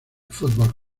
football